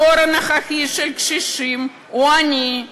הדור הנוכחי של קשישים הוא עני,